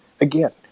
again